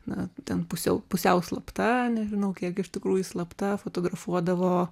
na ten pusiau pusiau slapta nežinau kiek iš tikrųjų slapta fotografuodavo